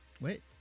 Wait